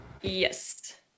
Yes